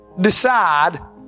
decide